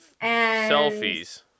selfies